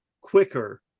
quicker